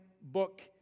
book